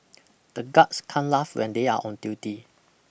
the guards can't laugh when they are on duty